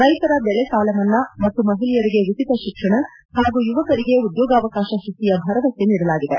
ರೈತರ ದೆಳೆ ಸಾಲಮನ್ನಾ ಮತ್ತು ಮಹಿಳೆಯರಿಗೆ ಉಚಿತ ಶಿಕ್ಷಣ ಹಾಗೂ ಯುವಕರಿಗೆ ಉದ್ಯೋಗಾವಕಾಶ ಸೃಷ್ಟಿಯ ಭರವಸೆ ನೀಡಲಾಗಿದೆ